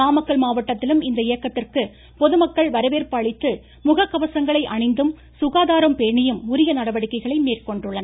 நாமக்கல் மாவட்டத்திலும் இந்த இயக்கத்திற்கு பொதுமக்கள் வரவேற்பு அளித்து முக கவசங்களை அணிந்தும் சுகாதாரம் பேணியும் உரிய நடவடிக்கைகளை மேற்கொண்டுள்ளனர்